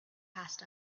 passed